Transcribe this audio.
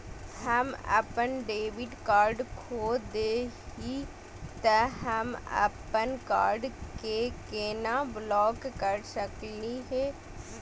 हम अपन debit card खो दे ही, त हम अप्पन कार्ड के केना ब्लॉक कर सकली हे?